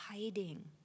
hiding